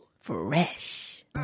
Fresh